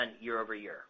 year-over-year